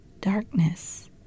darkness